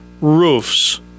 roofs